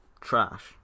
trash